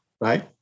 right